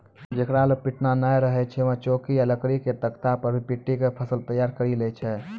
जेकरा लॅ पिटना नाय रहै छै वैं चौकी या लकड़ी के तख्ता पर भी पीटी क फसल तैयार करी लै छै